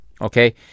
okay